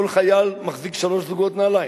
כל חייל מחזיק שלושה זוגות נעליים.